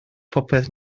bopeth